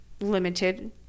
limited